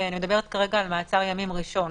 אני מדברת כרגע על מעצר ימים ראשון.